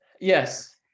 Yes